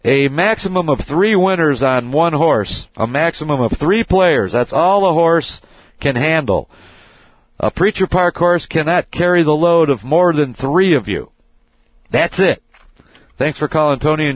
a maximum of three winners on one horse a maximum of three players that's all the horse can handle preacher par course cannot carry the load of more than three of you that's it thanks for calling tony